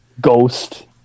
Ghost